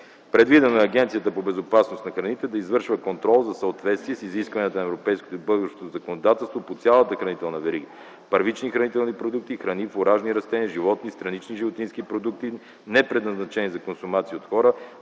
Предвидено е Агенцията по безопасност на храните да извършва контрол в съответствие с изискванията на европейското и българското законодателство по цялата хранителна верига – първични хранителни продукти, храни, фуражни растения, животни, странични животински продукти, непредназначени за консумация от хора,